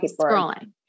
scrolling